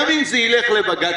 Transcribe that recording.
גם אם זה ילך לבג"ץ,